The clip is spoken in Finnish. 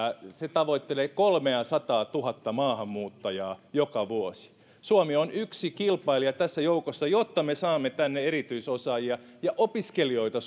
tavoittelee kolmeasataatuhatta maahanmuuttajaa joka vuosi suomi on yksi kilpailija tässä joukossa jotta me saamme tänne erityisosaajia ja opiskelijoita